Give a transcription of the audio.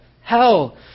Hell